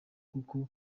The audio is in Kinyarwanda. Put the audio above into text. kuko